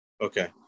Okay